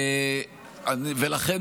ולכן